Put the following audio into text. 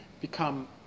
become